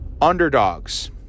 underdogs